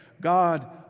God